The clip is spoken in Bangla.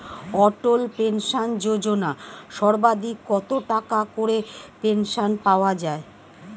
অটল পেনশন যোজনা সর্বাধিক কত টাকা করে পেনশন পাওয়া যায়?